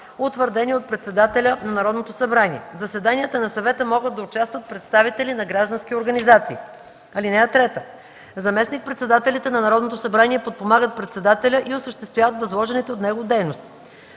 утвърдени от председателя на Народното събрание. В заседанията на Съвета могат да участват представители на граждански организации. (3) Заместник-председателите на Народното събрание подпомагат председателя и осъществяват възложените от него дейности.